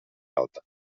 alta